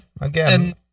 Again